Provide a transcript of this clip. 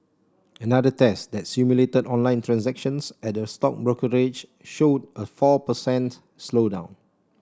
another test that simulated online transactions at a stock brokerage showed a four per cent slowdown